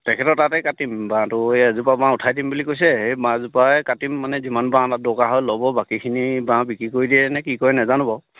তেখেতৰ তাতে কাটিম বাঁহটো এই এজোপা বাঁহ উঠাই দিম বুলি কৈছে এই বাঁহজোপাই কাটিম মানে যিমান বাঁহ দৰকাৰ হয় ল'ব বাকীখিনি বাঁহ বিক্ৰী কৰি দিয়েনে কি কৰে নাজানো বাৰু